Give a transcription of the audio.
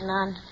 None